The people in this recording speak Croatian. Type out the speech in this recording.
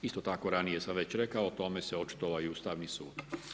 Isto tako ranije sam već rekao o tome se očitovao i Ustavni sud.